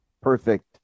perfect